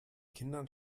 kindern